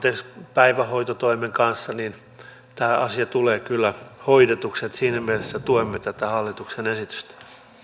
päivähoitotoimen kanssa tämä asia tulee kyllä hoidetuksi siinä mielessä tuemme tätä hallituksen esitystä